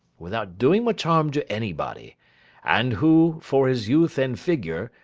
without doing much harm to anybody and who, for his youth and figure,